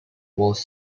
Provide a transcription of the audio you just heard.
was